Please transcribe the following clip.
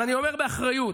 אני אומר באחריות,